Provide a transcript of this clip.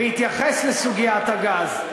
בהתייחס לסוגיית הגז,